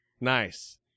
Nice